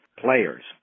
players